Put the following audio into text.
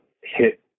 hit